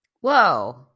Whoa